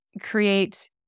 create